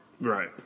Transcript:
Right